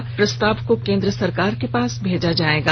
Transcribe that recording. अब इस प्रस्ताव को केंद्र सरकार के पास भेजा जायेगा